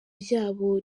ryabo